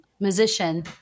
musician